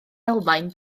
almaen